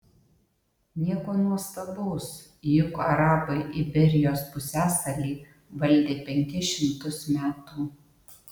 nieko nuostabaus juk arabai iberijos pusiasalį valdė penkis šimtus metų